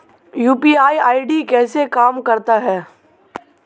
UPI ID कैसे काम करता है?